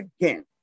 again